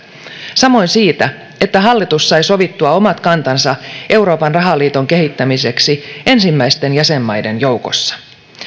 samoin siitä että hallitus sai sovittua omat kantansa euroopan rahaliiton kehittämiseksi ensimmäisten jäsenmaiden joukossa